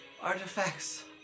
Artifacts